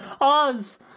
Oz